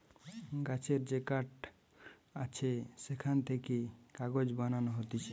গাছের যে কাঠ আছে সেখান থেকে কাগজ বানানো হতিছে